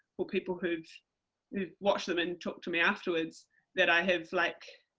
for people who watch them and talk to me afterwards that i have like,